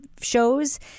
shows